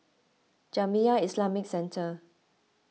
Jamiyah Islamic Centre